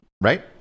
Right